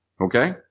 Okay